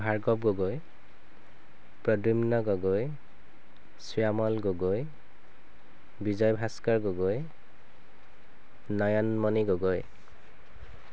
Bhargav Gogoi Pradyumna Gogoi Shyamal Gogoi Bijoy Bhaskar Gogoi Nayanmoni Gogoi